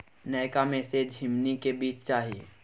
नयका में से झीमनी के बीज चाही?